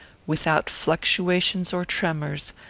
without fluctuations or tremors,